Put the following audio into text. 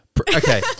Okay